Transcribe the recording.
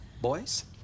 boys